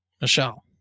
Michelle